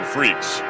Freaks